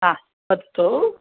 हा वदतु